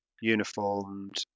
uniformed